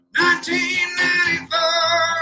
1994